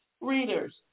readers